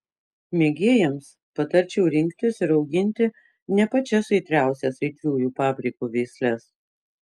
mėgėjams patarčiau rinktis ir auginti ne pačias aitriausias aitriųjų paprikų veisles